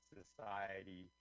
society